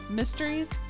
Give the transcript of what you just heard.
mysteries